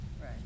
Right